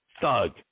thug